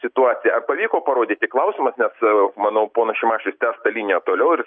situacija ar pavyko parodyti klausimas nes manau ponas šimašius tęs tą liniją toliau ir